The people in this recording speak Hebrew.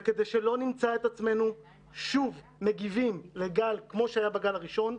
וכדי שלא נמצא את עצמנו שוב מגיבים לגל כמו שהיה בגל הראשון,